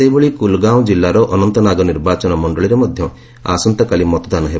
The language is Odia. ସେହିଭଳି କୁଲଗାଓଁ କିଲ୍ଲାର ଅନନ୍ତନାଗ ନିର୍ବାଚନ ମଣ୍ଡଳୀରେ ମଧ୍ୟ ଆସନ୍ତାକାଲି ମତଦାନ ହେବ